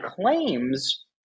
claims